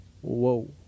Whoa